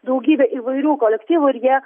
daugybė įvairių kolektyvų ir jie